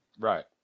Right